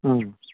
ಹಾಂ